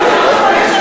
את סדרי עולם,